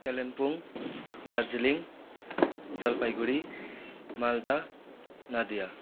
Kalimpong Darjeeling Jalpaiguri Malda Nadia